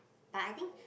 but I think